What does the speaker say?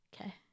okay